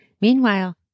Meanwhile